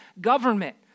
government